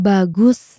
Bagus